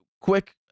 Quick